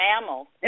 mammal